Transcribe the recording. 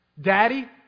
Daddy